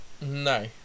No